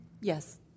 Yes